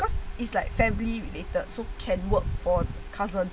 because it's like family related so can work for cousin